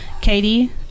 Katie